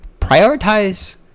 prioritize